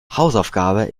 hausaufgabe